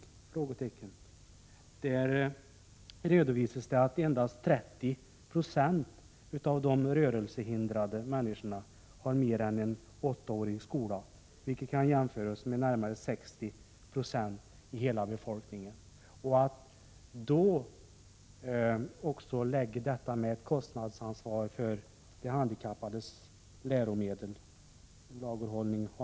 I rapporten redovisas att endast 30 6 av de rörelsehindrade har mer än åtta års skola. Detta kan jämföras med att närmare 60 26 av hela befolkningen har mer än åtta års skola. Att nu lägga kostnadsansvaret för de handikappades läromedel och lagerhållning etc.